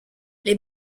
les